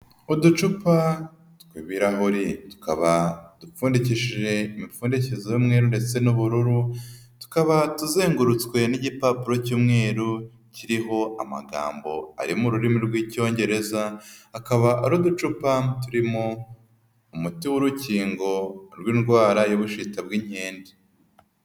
Uducupa tw'ibirahuri tukaba dupfundikishije imipfundikizo y'umweru ndetse n'ubururu, tukaba tuzengurutswe n'igipapuro cy'umweru kiriho amagambo ari mu rurimi rw'Icyongereza, akaba ari uducupa turimo umuti w'urukingo rw'indwara y'ubushita bw'inkende.